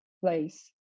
place